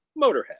Motorhead